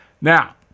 Now